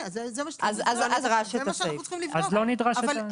אם כן, לא נדרש הסעיף הזה.